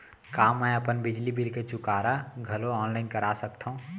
का मैं अपन बिजली बिल के चुकारा घलो ऑनलाइन करा सकथव?